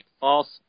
False